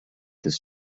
this